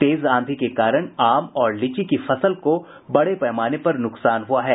तेज आंधी के कारण आम और लीची की फसल को बड़े पैमाने पर नुकसान हुआ है